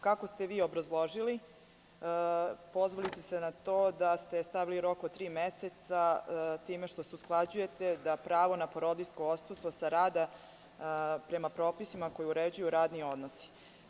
Kako ste vi obrazložili, pozvali ste se na to da ste stavili rok od tri meseca time što se usklađujete da pravo na porodiljsko odsustvo sa rada prema propisima koji uređuju radne odnose.